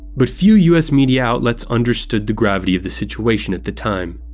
but few us media outlets understood the gravity of the situation at the time.